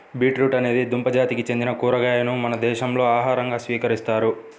beetroot అనేది దుంప జాతికి చెందిన కూరగాయను మన దేశంలో ఆహారంగా స్వీకరిస్తారు